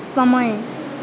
समय